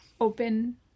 open